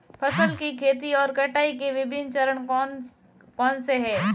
फसल की खेती और कटाई के विभिन्न चरण कौन कौनसे हैं?